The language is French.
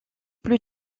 plus